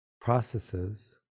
processes